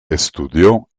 estudió